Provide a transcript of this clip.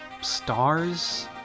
stars